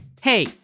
Hey